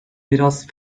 biraz